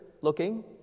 looking